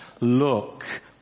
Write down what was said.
look